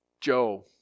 Joe